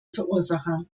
verursacher